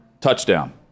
touchdown